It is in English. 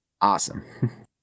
Awesome